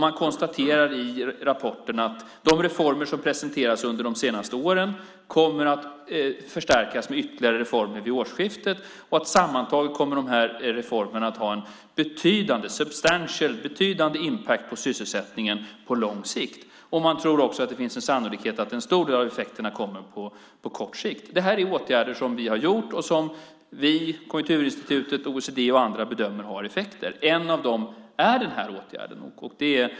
Man konstaterar i rapporten att de reformer som har presenterats under de senaste åren kommer att förstärkas med ytterligare reformer vid årsskiftet och att dessa reformer sammantaget kommer att ha en betydande inverkan - substantial impact - på sysselsättningen på lång sikt. Man tror också att det finns en sannolikhet för att en stor del av effekterna kommer på kort sikt. Detta är åtgärder som vi har vidtagit och som vi, Konjunkturinstitutet, OECD och andra bedömer har effekter. En av dem är denna åtgärd.